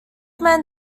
men